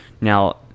Now